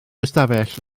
ystafell